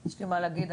יש לי מה להגיד.